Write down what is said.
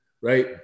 right